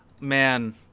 man